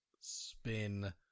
spin